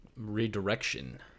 redirection